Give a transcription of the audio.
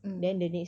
mm